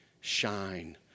shine